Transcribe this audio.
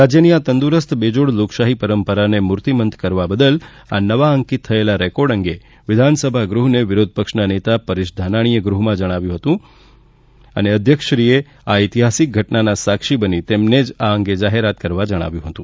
રાજ્યની આ તંદુરસ્ત બેજોડ લોકશાહી પરંપરાને મૂર્તિમંત કરવા બદલ આ નવા અંકિત થયેલા રેકોર્ડ અંગે વિધાનસભા ગૃહને વિરોધ પક્ષના નેતા પરેશ ધાનાણીએ ગૃહને જણાવ્યું હતું અને અધ્યક્ષશ્રી ને આ ઐતિહાસિક ઘટનાના સાક્ષી બની તેમને જ આ અંગે જાહેરાત કરવા જણાવ્યું હતું